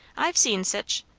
i've seen sich.